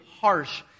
harsh